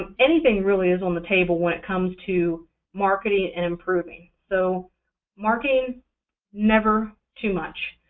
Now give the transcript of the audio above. and anything really is on the table when it comes to marketing and improving, so marketing never too much.